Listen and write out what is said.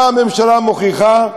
מה הממשלה מוכיחה?